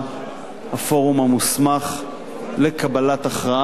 הפורום המוסמך לקבלת הכרעה בנושא הזה,